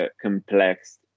complex